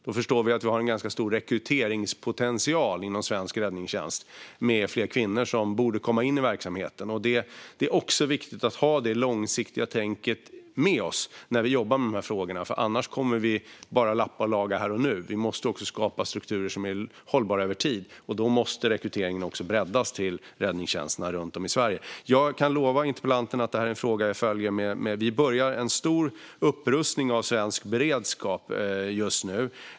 Då förstår vi att vi har en ganska stor rekryteringspotential inom svensk räddningstjänst med fler kvinnor som borde komma in i verksamheten. Det är viktigt att ha det långsiktiga tänket med oss när vi jobbar med de här frågorna, för annars kommer vi bara att lappa och laga här och nu. Vi måste skapa strukturer som är hållbara över tid, och då måste rekryteringen breddas till räddningstjänsterna runt om i Sverige. Jag kan lova interpellanten att det här är en fråga som jag följer. Vi genomför en stor upprustning av svensk beredskap just nu.